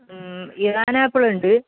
Iran apple ഉണ്ട്